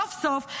סוף-סוף,